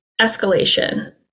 Escalation